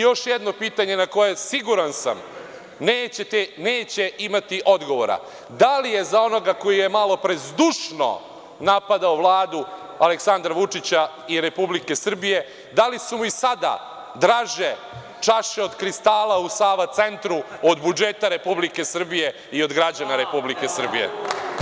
Još jedno pitanje na koje, siguran sam, neće imati odgovora, da li je za onoga koji je malopre zdušno napadao Vladu Aleksandra Vučića i Republike Srbije, da li su mu i sada draže čaše od kristala u Sava centru od budžeta Republike Srbije i od građana Republike Srbije?